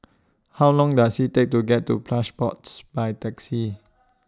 How Long Does IT Take to get to Plush Pods By Taxi